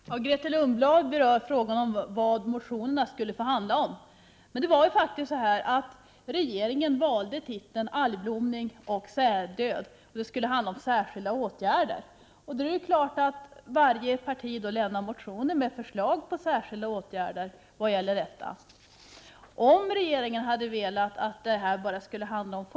Herr talman! Grethe Lundblad berör frågan om vad motionerna skulle få handla om. Men regeringen valde faktiskt titeln Algblomning och säldöd, och det skulle handla om särskilda åtgärder. Då är det klart att varje parti lämnar motioner med förslag till särskilda åtgärder på detta område. Om regeringen hade velat att den här diskussionen bara skulle handla om Prot.